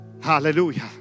Hallelujah